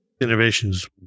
Innovations